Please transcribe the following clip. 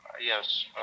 Yes